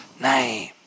name